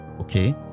okay